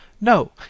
No